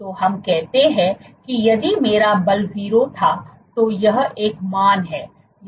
तो हम कहते हैं कि यदि मेरा बल 0 था तो यह एक मान है